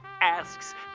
asks